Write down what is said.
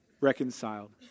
Reconciled